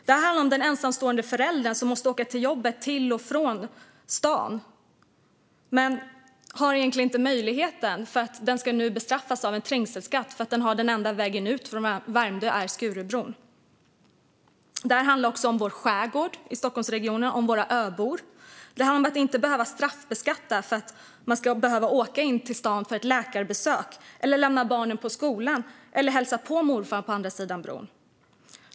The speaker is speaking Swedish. Det här handlar om den ensamstående föräldern som måste åka till och från jobbet i stan men som egentligen inte har möjlighet att göra det då den nu bestraffas med trängselskatt på den enda vägen till och från Värmdö, alltså Skurubron. Det handlar också om skärgården i Stockholmsregionen och om våra öbor. Det handlar om att inte behöva straffbeskattas för att åka in till stan på läkarbesök, lämna barnen på skolan eller hälsa på morfar på andra sidan bron.